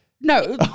No